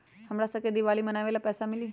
हमरा शव के दिवाली मनावेला पैसा मिली?